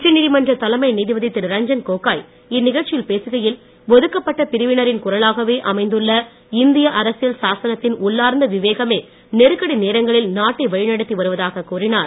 உச்ச நீதிமன்ற தலைமை நீதிபதி திரு ரஞ்சன் கோகோய் இந்நிகழ்ச்சியில் பேசுகையில் ஒதுக்கப்பட்ட பிரினவினரின் குரலாகவே அமைந்துள்ள இந்திய அரசியல் சாசனத்தின் உள்ளார்ந்த விவேகமே நெருக்கடி நேரங்களில் நாட்டை வழிநடத்தி வருவதாகக் கூறினார்